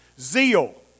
Zeal